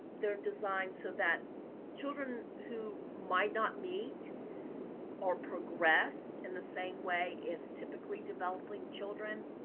they're designed so that children who might not meet or progress in the same way as typically developing children